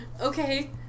Okay